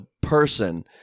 Person